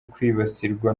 kwibasirwa